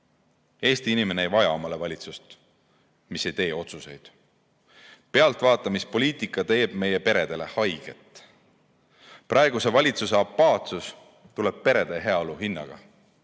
Eesti inimene ei vaja omale valitsust, kes ei tee otsuseid. Pealtvaatamispoliitika teeb meie peredele haiget. Praeguse valitsuse apaatsuse [tagajärg on] perede heaolu [langus].